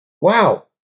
Wow